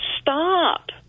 Stop